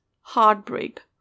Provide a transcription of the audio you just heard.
heartbreak